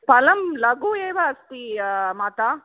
फलं लघु एव अस्ति मातः